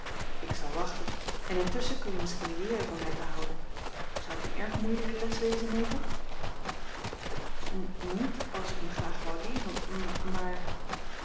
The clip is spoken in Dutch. ik zal wachten en intusschen kun je misschien leeren van mij te houden zou t een erg moeilijke les wezen meta niet als ik hem graag wou leeren